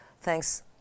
thanks